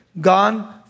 gone